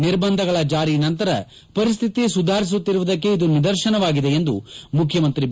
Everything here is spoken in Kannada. ನಿರ್ಬಂಧಗಳ ಜಾರಿ ನಂತರ ಪರಿಸ್ಥಿತಿ ಸುಧಾರಿಸುತ್ತಿರುವುದಕ್ಕೆ ಇದು ನಿದರ್ಶನವಾಗಿದೆ ಎಂದು ಮುಖ್ಯಮಂತ್ರಿ ಬಿ